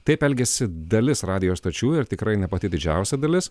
taip elgiasi dalis radijo stočių ir tikrai ne pati didžiausia dalis